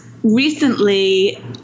Recently